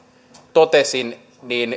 totesin